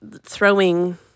throwing